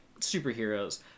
superheroes